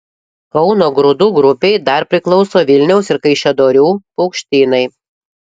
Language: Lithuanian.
kauno grūdų grupei dar priklauso vilniaus ir kaišiadorių paukštynai